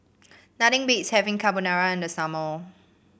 nothing beats having Carbonara in the summer